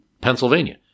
Pennsylvania